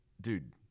Dude